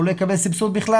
הוא לא יקבל סבסוד בכלל.